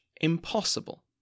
impossible